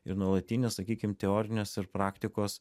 ir nuolatinis sakykim teorinės ir praktikos